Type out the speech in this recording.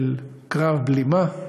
של קרב בלימה.